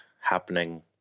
happening